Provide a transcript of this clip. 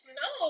no